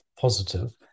positive